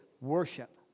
worship